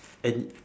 and